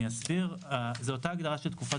אני אסביר: זו אותה הגדרה של תקופת